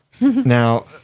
Now